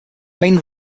main